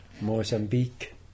Mozambique